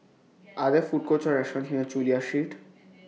Are There Food Courts Or restaurants near Chulia Street